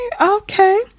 okay